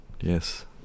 Yes